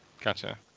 Gotcha